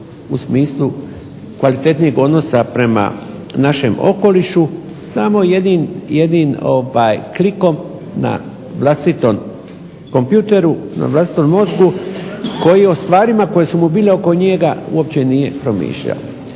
u smislu kvalitetnijeg odnosa prema našem okolišu samo jednim klikom na vlastitom kompjuteru, na vlastitom mozgu koji o stvarima koje su bile oko njega uopće nije promišaljo.